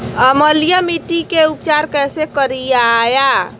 अम्लीय मिट्टी के उपचार कैसे करियाय?